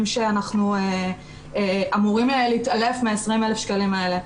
שאנחנו אמורים להתעלף מה-20,000 שקלים האלה,